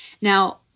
Now